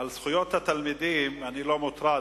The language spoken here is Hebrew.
בנושא זכויות התלמידים אני לא מוטרד,